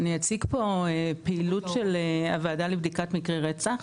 אני אציג פה פעילות של הוועדה לבדיקת מקרי רצח.